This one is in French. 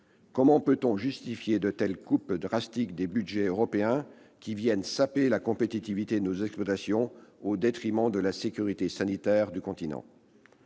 comment peut-on justifier de telles coupes drastiques dans les budgets européens, lesquelles viennent saper la compétitivité de nos exploitations au détriment de la sécurité sanitaire du continent ?